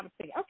okay